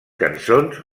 cançons